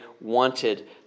wanted